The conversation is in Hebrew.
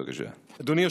אדוני.